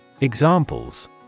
Examples